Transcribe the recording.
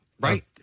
Right